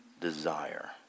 desire